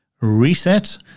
reset